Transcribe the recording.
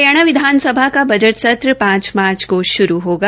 हरियाणा विधानसभा का बजट सत्र पांच मार्च को शुरू होगा